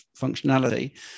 functionality